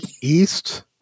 East